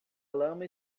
lama